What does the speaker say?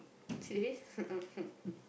serious